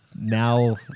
now